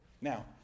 now